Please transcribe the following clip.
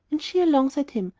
and she alongside him,